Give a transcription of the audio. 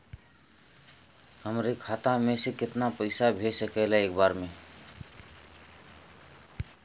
हमरे खाता में से कितना पईसा भेज सकेला एक बार में?